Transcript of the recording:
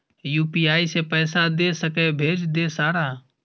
UPI से पैसा दे सके भेज दे सारा?